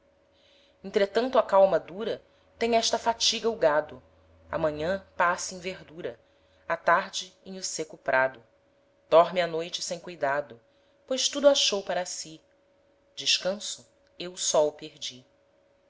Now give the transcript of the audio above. entretanto a calma dura tem esta fadiga o gado a manhan pasce em verdura a tarde em o seco prado dorme a noite sem cuidado pois tudo achou para si descanso eu só o perdi